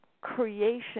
creation